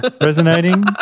resonating